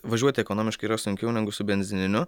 važiuoti ekonomiškai yra sunkiau negu su benzininiu